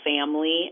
family